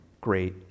great